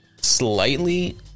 Slightly